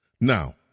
Now